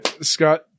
Scott